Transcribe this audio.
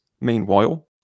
meanwhile